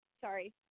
Sorry